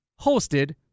hosted